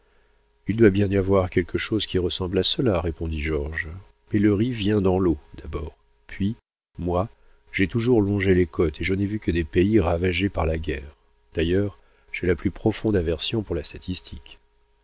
il doit bien y avoir quelque chose qui ressemble à cela répondit georges mais le riz vient dans l'eau d'abord puis moi j'ai toujours longé les côtes et je n'ai vu que des pays ravagés par la guerre d'ailleurs j'ai la plus profonde aversion pour la